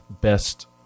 best